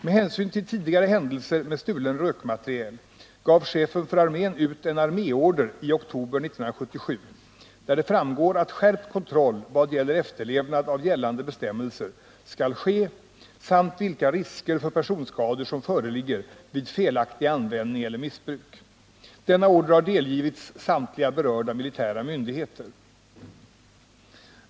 Med hänsyn till tidigare händelser med stulen rökmateriel gav chefen för armén ut en arméorder i oktober 1977, där det framgår att skärpt kontroll i vad gäller efterlevnad av gällande bestämmelser skall ske samt vilka risker för personskador som föreligger vid felaktig användning eller missbruk. Denna order har delgivits samtliga berörda militära myndigheter.